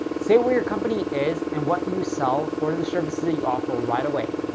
say what your company is and what you sell, or the services that you offer right away.